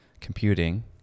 computing